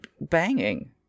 banging